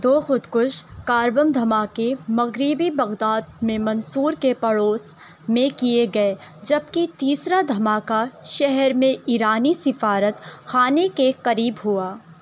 دو خودکش کار بم دھماکے مغربی بغداد میں منصور کے پڑوس میں کیے گئے جبکہ تیسرا دھماکہ شہر میں ایرانی سفارت خانے کے قریب ہوا